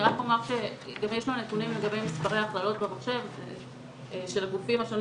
אני רק אומר שגם יש לו נתונים לגבי מספרי הכללות במחשב של הגופים השונים